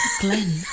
Glenn